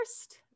first